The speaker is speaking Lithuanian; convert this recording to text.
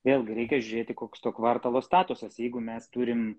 vėlgi reikia žiūrėti koks to kvartalo statusas jeigu mes turim